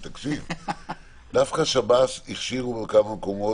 דווקא שב"ס הכשירו כמה מקומות.